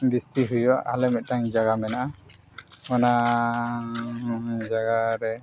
ᱵᱤᱥᱛᱤ ᱦᱩᱭᱩᱜᱼᱟ ᱟᱞᱮ ᱢᱤᱫᱴᱟᱱ ᱡᱟᱭᱜᱟ ᱢᱮᱱᱟᱜᱼᱟ ᱚᱱᱟ ᱡᱟᱭᱜᱟ ᱨᱮ